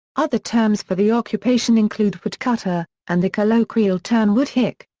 other terms for the occupation include woodcutter, and the colloquial term woodhick.